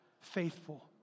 faithful